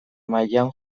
mailan